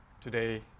today